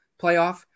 playoff